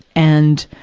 and,